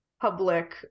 public